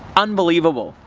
unbelievable.